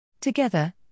Together